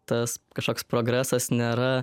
tas kažkoks progresas nėra